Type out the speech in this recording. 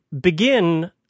begin